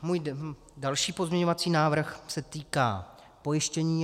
Můj další pozměňovací návrh se týká pojištění.